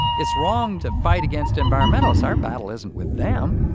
it's wrong to fight against environmentalists. our battle isn't with them.